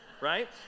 right